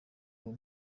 uwo